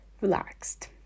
relaxed